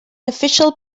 official